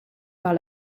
par